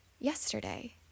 yesterday